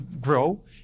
grow